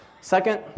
Second